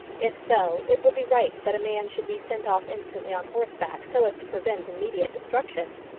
if so, it would be right that a man should be sent off instantly on horseback, so as to prevent immediate destruction.